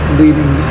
leading